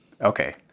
Okay